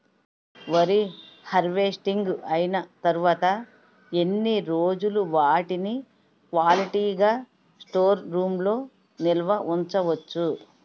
వరి హార్వెస్టింగ్ అయినా తరువత ఎన్ని రోజులు వాటిని క్వాలిటీ గ స్టోర్ రూమ్ లొ నిల్వ ఉంచ వచ్చు?